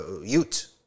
Ute